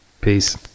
peace